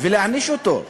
להעניש אותו,